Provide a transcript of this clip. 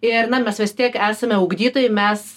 ir na mes vis tiek esame ugdytojai mes